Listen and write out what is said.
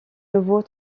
nouveau